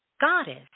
goddess